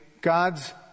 God's